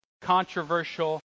controversial